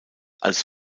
als